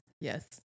Yes